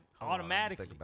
automatically